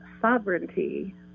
sovereignty